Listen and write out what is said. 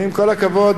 עם כל הכבוד,